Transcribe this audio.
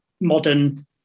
modern